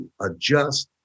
adjust